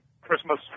Christmas